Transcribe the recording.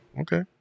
Okay